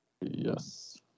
Yes